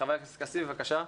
חבר הכנסת כסיף, בבקשה.